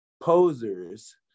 posers